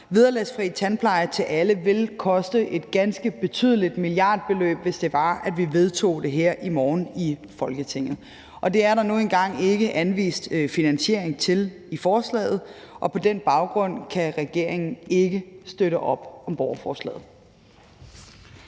Vederlagsfri tandpleje til alle vil koste et ganske betydeligt milliardbeløb, hvis det var, at vi vedtog det her i morgen i Folketinget, og det er der nu engang ikke anvist finansiering til i forslaget, og på den baggrund kan regeringen ikke støtte op om borgerforslaget.